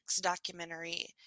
documentary